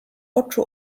oczu